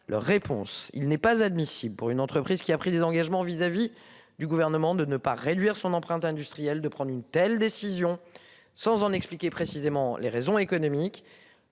Leur réponse, il n'est pas admissible pour une entreprise qui a pris des engagements vis-à-vis du gouvernement de ne pas réduire son empreinte industrielle de prendre une telle décision sans en expliquer précisément les raisons économiques,